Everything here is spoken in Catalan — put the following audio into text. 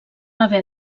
haver